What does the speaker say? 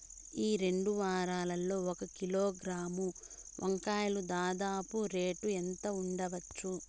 ఈ రెండు వారాల్లో ఒక కిలోగ్రాము వంకాయలు దాదాపు రేటు ఎంత ఉండచ్చు?